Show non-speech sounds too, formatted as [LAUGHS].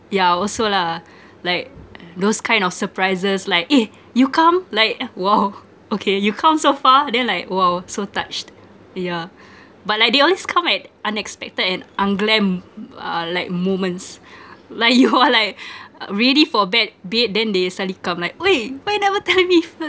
yeah also lah like those kind of surprises like eh you come like !wow! okay you come so far then like !wow! so touched yeah but like they always come at unexpected and unglam uh like moments like you are like [LAUGHS] ready for bed bed then they suddenly come like wei why you never [LAUGHS] tell me first